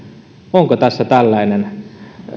onko tässä tällainen